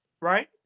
right